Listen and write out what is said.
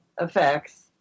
effects